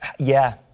yeah.